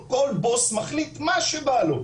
כל בוס מחליט מה שבא לו,